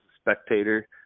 spectator